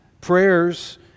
prayers